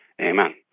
Amen